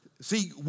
See